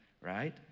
right